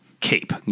Cape